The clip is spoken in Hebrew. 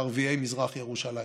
לערביי מזרח ירושלים.